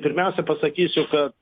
pirmiausia pasakysiu kad